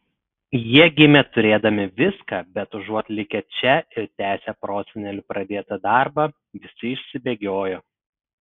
jie gimė turėdami viską bet užuot likę čia ir tęsę prosenelių pradėtą darbą visi išsibėgiojo